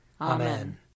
Amen